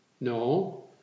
No